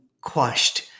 quashed